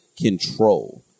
control